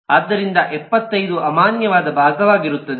ಆದ್ದರಿಂದ 75 ಅಮಾನ್ಯವಾದ ಭಾಗವಾಗಿರುತ್ತದೆ